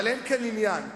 אבל אין כאן עניין.